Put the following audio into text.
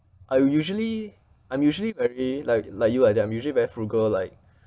I will usually I'm usually very like like you like that I'm usually very frugal like